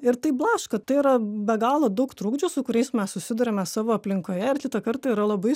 ir tai blaško tai yra be galo daug trukdžių su kuriais mes susiduriame savo aplinkoje ir kitą kartą yra labai